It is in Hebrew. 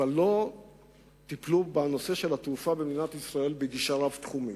אבל לא טיפלו בנושא התעופה במדינת ישראל בגישה רב-תחומית.